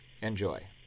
Enjoy